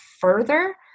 further